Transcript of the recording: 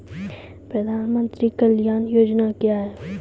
प्रधानमंत्री कल्याण योजना क्या हैं?